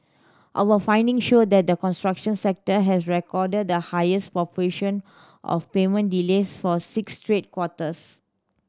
our finding show that the construction sector has recorded the highest proportion of payment delays for six straight quarters